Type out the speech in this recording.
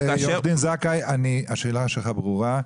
עורך דין זכאי, השאלה שלך ברורה.